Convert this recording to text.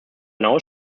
hinaus